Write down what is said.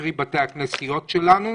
קרי בתי הכנסיות שלנו.